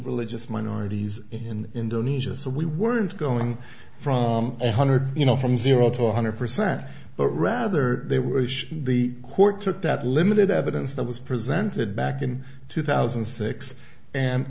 religious minorities in indonesia so we weren't going from one hundred you know from zero to one hundred percent but rather they were the court took that limited evidence that was presented back in two thousand and six and